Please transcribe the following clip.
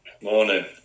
Morning